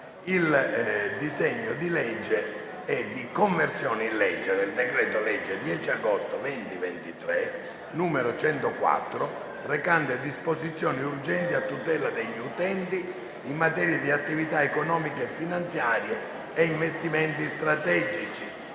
Italy Urso Adolfo ed altri Conversione in legge del decreto-legge 10 agosto 2023, n. 104, recante disposizioni urgenti a tutela degli utenti, in materia di attività economiche e finanziarie e investimenti strategici